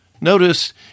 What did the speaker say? Notice